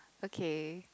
okay